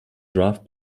draft